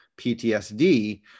PTSD